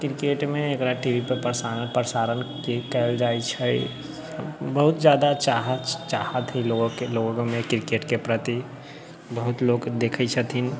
किरकेटमे एकरा T V पर प्रसारण कैल जाइ छै बहुत ज्यादा चाहत हइ लोकके लोकमे किरकेटके प्रति बहुत लोक देखै छथिन